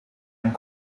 and